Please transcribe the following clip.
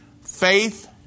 faith